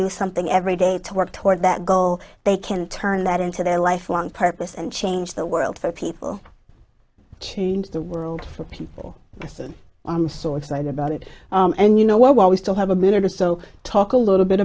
do something every day to work toward that goal they can turn that into their lifelong purpose and change the world for people change the world for people listen i'm so excited about it and you know what while we still have a minute or so talk a little bit